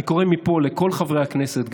אני קורא מפה לכל חברי הכנסת,